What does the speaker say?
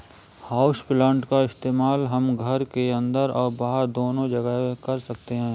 houseplant का इस्तेमाल हम घर के अंदर और बाहर दोनों जगह कर सकते हैं